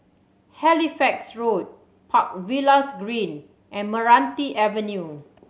Halifax Road Park Villas Green and Meranti Avenue